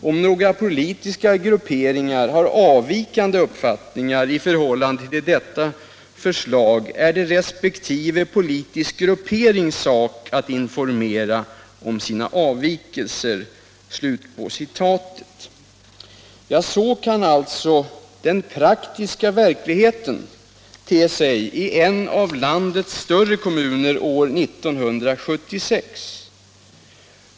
Om några politiska grupperingar har avvikande uppfattningar i förhållande till detta förslag är det resp. politisk grupperings sak att informera om sina avvikelser!” Så kan alltså den praktiska verkligheten te sig i en av landets större kommuner år 1976.